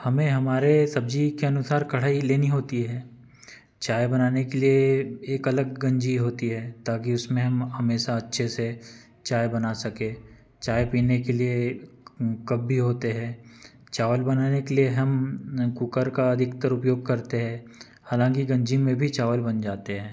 हमें हमारे सब्ज़ी के अनुसार कड़ाही लेनी होती है चाय बनाने के लिए एक अलग गंजी होती है ताकि उसमें हम हमेशा अच्छे से चाय बना सकें चाय पीने के लिए कप भी होते हैं चावल बनाने के लिए हम कुकर का अधिकतर उपयोग करते हैं हालाँकि गंजी में भी चावल बन जाते हैं